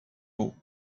mots